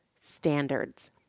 standards